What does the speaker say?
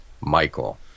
Michael